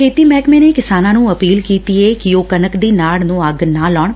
ਖੇਤੀ ਮਹਿਕਮੇ ਨੇ ਕਿਸਾਨਾਂ ਨੂੰ ਅਪੀਲ ਕੀਤੀ ਏ ਕਿ ਉਹ ਕਣਕ ਦੀ ਨਾਤ ਨੂੰ ਅੱਗ ਨਾ ਲਾਉਣ